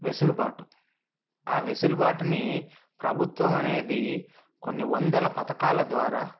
వెసులుబాటు ఆ వెసులుబాటుని ప్రభుత్వం అనేది కొన్ని వందల పథకాల ద్వారా